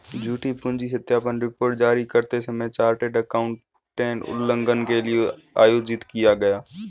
झूठी पूंजी सत्यापन रिपोर्ट जारी करते समय चार्टर्ड एकाउंटेंट उल्लंघन के लिए आयोजित किया गया